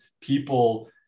People